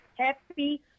Happy